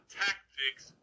tactics